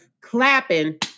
clapping